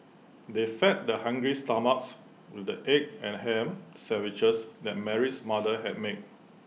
they fed their hungry stomachs with the egg and Ham Sandwiches that Mary's mother had made